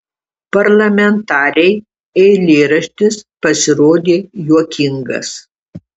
parlamentarei eilėraštis pasirodė juokingas